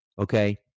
okay